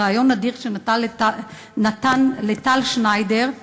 בריאיון נדיר שנתן לטל שניידר,